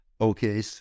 Okay